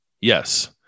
yes